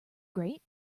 great